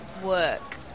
work